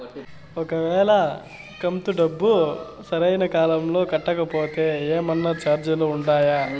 ఒక వేళ కంతు డబ్బు సరైన కాలంలో కట్టకపోతే ఏమన్నా చార్జీలు ఉండాయా?